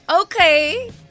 Okay